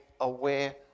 aware